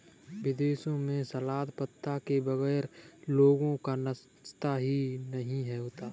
विदेशों में सलाद पत्ता के बगैर लोगों का नाश्ता ही नहीं होता